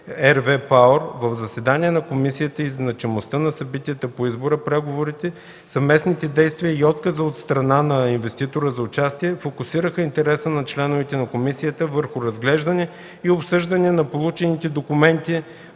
RWE „Пауър” в заседания на комисията и значимостта на събитията по избора, преговорите, съвместните действия и отказа от страна на инвеститора за участие фокусираха интереса на членовете на комисията върху разглеждане и обсъждане на получените документи,